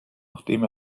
nachdem